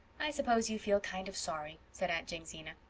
i suppose you feel kind of, sorry said aunt jamesina.